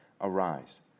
Arise